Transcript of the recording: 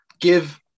give